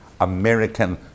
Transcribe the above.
American